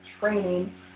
training